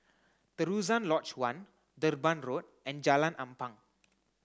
Terusan Lodge One Durban Road and Jalan Ampang